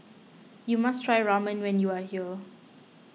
you must try Ramen when you are here